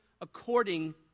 according